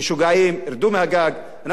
אנחנו צריכים להגיד להם: משוגעים,